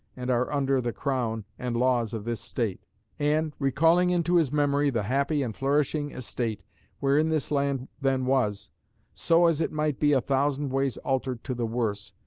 and are under the crown and laws of this state and, recalling into his memory the happy and flourishing estate wherein this land then was so as it might be a thousand ways altered to the worse,